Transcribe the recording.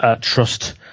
trust